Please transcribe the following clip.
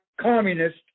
communist